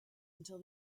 until